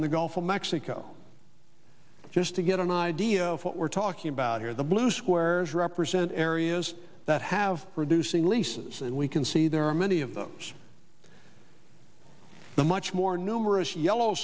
in the gulf of mexico just to get an idea of what we're talking about here the blue squares represent areas that have reducing leases and we can see there are many of those the much more numerous yellow